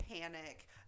panic